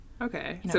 Okay